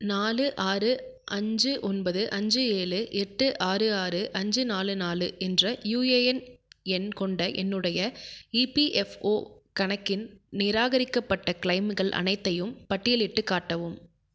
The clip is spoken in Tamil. நாலு ஆறு அஞ்சு ஒன்பது அஞ்சு ஏழு எட்டு ஆறு ஆறு அஞ்சு நாலு நாலு என்ற யுஏஎன் எண் கொண்ட என்னுடைய இபிஎஃப்ஓ கணக்கின் நிராகரிக்கப்பட்ட கிளெய்ம்கள் அனைத்தையும் பட்டியலிட்டுக் காட்டவும்